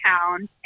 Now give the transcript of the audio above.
town